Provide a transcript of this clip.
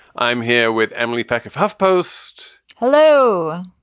i'm here with emily peck of huffpost hello.